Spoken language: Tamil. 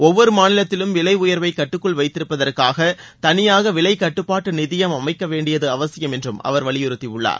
ஒவ்வொரு மாநிலத்திலும் விலை உயர்வை கட்டுக்குள் வைத்திருப்பதற்காக தனியாக விலை கட்டுப்பாட்டு நிதியம் அமைக்கப்பட வேண்டியது அவசியம் என்றும் அவர் வலியுறுத்தியுள்ளார்